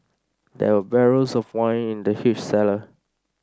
there were barrels of wine in the huge cellar